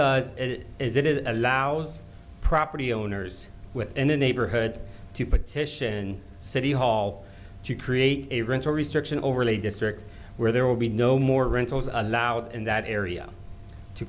does is it allows property owners within the neighborhood to petition city hall to create a rental restriction overlay district where there will be no more rentals allowed in that area to